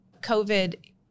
COVID